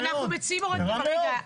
רע מאוד.